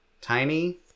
tiny